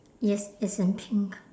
yes it's in pink